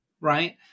right